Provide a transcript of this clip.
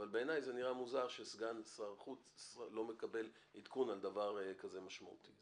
אבל בעיני זה נראה מוזר שסגן שר החוץ לא מקבל עדכון על דבר כזה משמעותי.